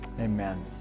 amen